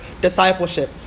discipleship